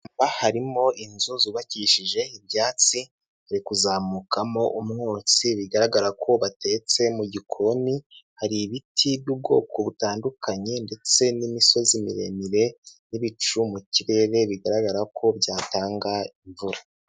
Aha harimo inzu zubakishije ibyatsi, hari kuzamukamo umwotsi bigaragara ko batetse mu gikoni, hari ibiti by'ubwoko butandukanye ndetse n'imisozi miremire n'ibicu mu kirere bigaragara ko byatanga imvura.